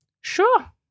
sure